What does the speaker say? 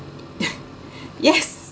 yes